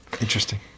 Interesting